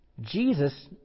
jesus